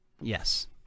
Yes